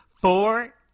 Four